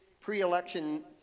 pre-election